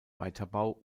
weiterbau